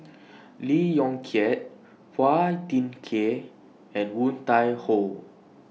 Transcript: Lee Yong Kiat Phua Thin Kiay and Woon Tai Ho